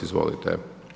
Izvolite.